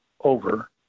over